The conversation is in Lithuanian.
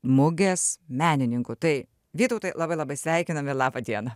mugės menininku tai vytautai labai labai sveikinam ir laba diena